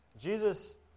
Jesus